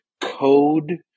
code